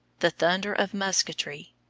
the thunder of musketry,